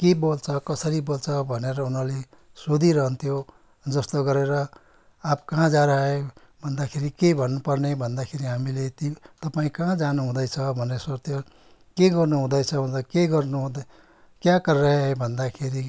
के बोल्छ कसरी बोल्छ भनेर उनीहरूले सोधिरहन्थ्यो जस्तो गरेर आप कहाँ जा रहा है भन्दाखेरि के भन्नु पर्ने भन्दाखेरि हामीले ति तपाईँ कहाँ जानु हुँदैछ भनेर सोध्थ्यो के गर्नु हुँदैछ भन्दा के गर्नु हुँदै क्या कर रहा है भन्दाखेरि